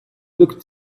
looked